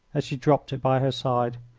as she dropped it by her side.